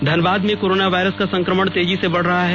धनबाद में corona virus का संक्रमण तेजी से बढ़ रहा है